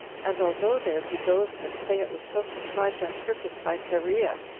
and although there be those that say it was so contrived on purpose by chorea,